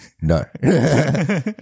No